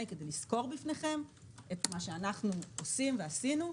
כן כדי לסקור בפניכם את מה שאנחנו עושים ועשינו,